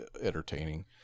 entertaining